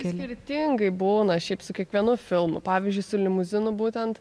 skirtingai būna šiaip su kiekvienu filmu pavyzdžiui su limuzinu būtent